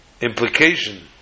implication